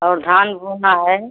और धान बोना है